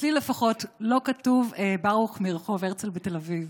אצלי לפחות לא כתוב "ברוך מרחוב הרצל בתל אביב".